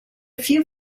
few